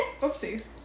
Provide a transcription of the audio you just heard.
Oopsies